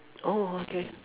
oh okay